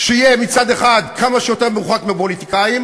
שיהיה מצד אחד כמה שיותר מרוחק מפוליטיקאים,